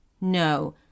No